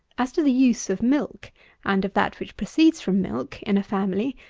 as to the use of milk and of that which proceeds from milk in a family,